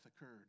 occurred